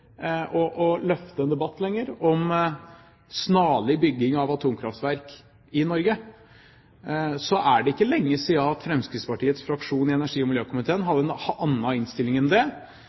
ønsker å løfte en debatt om snarlig bygging av atomkraftverk i Norge. Det er ikke lenge siden Fremskrittspartiets fraksjon i energi- og miljøkomiteen hadde en annen innstilling enn det.